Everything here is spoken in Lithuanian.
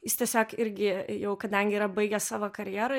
jis tiesiog irgi jau kadangi yra baigęs savo karjerą